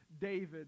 David